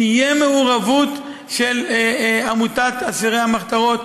תהיה מעורבות של עמותת אסירי המחתרות.